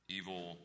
evil